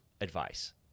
advice